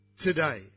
today